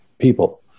people